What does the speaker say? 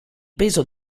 peso